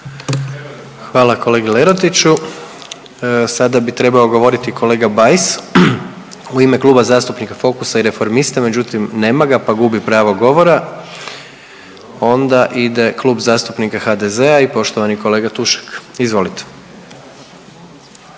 Hvala kolegi Lerotiću. Sada bi trebao govoriti kolega Bajs u ime Kluba zastupnika Fokusa i Reformista, međutim, nema ga pa gubi pravo govora. Onda ide Kluba zastupnika HDZ-a i poštovani kolega Tušek, izvolite.